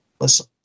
Listen